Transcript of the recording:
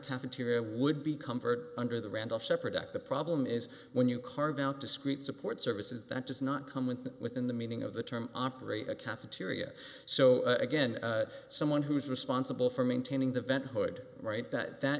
cafeteria would be comfort under the randolph sheppard act the problem is when you carve out discreet support services that does not come within the meaning of the term operate a cafeteria so again someone who is responsible for maintaining the vent hood right that that